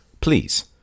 Please